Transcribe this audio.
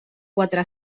quatre